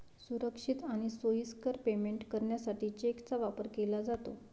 सुरक्षित आणि सोयीस्कर पेमेंट करण्यासाठी चेकचा वापर केला जातो